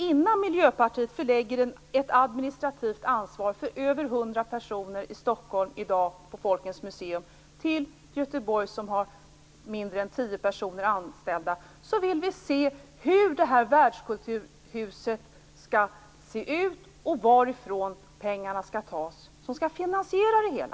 Innan Miljöpartiet förlägger ett administrativt ansvar för i dag över 100 personer på Folkens museum i Stockholm till Göteborg, där man har mindre än tio personer anställda, vill vi se hur det här världskulturhuset skall se ut och varifrån pengarna skall tas som skall finansiera det hela.